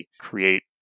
create